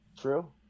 True